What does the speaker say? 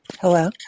Hello